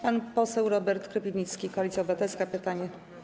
Pan poseł Robert Kropiwnicki, Koalicja Obywatelska, pytanie.